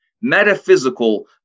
metaphysical